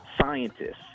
scientists